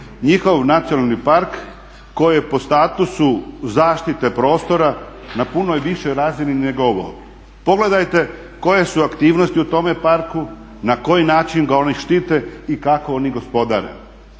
njihov nacionalni park koji je po statusu zaštite prostora na punoj više razini nego ovo. Pogledajte koje su aktivnosti u tome parku, na koji način ga oni štete i kako oni gospodare.